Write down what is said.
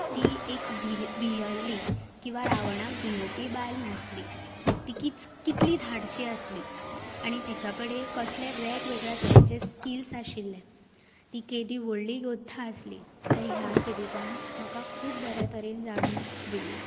ती एक भि भियल्ली किंवा रावणाक भिंवपी बायल नासली ती कीच कितली धाडशी आसली आनी तिच्या कडेन कसले वेगळ्यावेगळ्या तरेचे स्किल्स आशिल्ले ती कितली व्हडली योद्धा आशिल्ली तें ह्या सिरिजान म्हाका खूब बऱ्या तरेन जाणून दिला